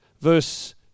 verse